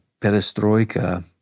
perestroika